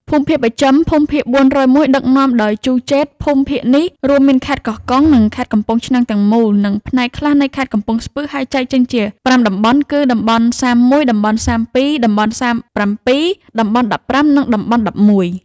ភូមិភាគបស្ចិម (ភូមិភាគ៤០១) ដឹកនាំដោយ ជូ ជេត ភូមិភាគនេះរួមមាន ខេត្តកោះកុង និងខេត្តកំពង់ឆ្នាំងទាំងមូល និងផ្នែកខ្លះនៃខេត្តកំពង់ស្ពឺ ហើយចែកចេញជាប្រាំតំបន់គឺ តំបន់៣១ តំបន់៣២ តំបន់៣៧ តំបន់១៥ និងតំបន់១១។